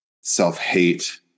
self-hate